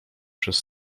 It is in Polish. przez